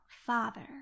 father